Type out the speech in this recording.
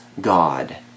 God